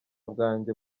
bwanjye